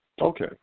Okay